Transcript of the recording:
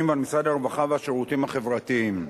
ועם משרד הרווחה והשירותים החברתיים.